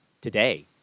today